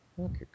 Okay